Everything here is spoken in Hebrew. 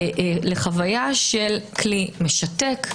לחוויה של כלי משתק,